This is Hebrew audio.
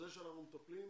זה שאנחנו מטפלים,